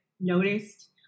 noticed